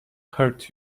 hurt